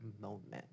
moment